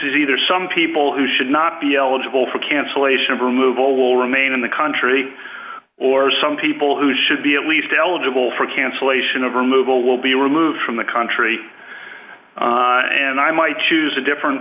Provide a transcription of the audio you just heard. is either some people who should not be eligible for cancellation of removal will remain in the country or some people who should be at least eligible for cancellation of removal will be removed from the country and i might choose a different